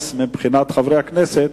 כאן הרבה חברי כנסת,